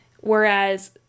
Whereas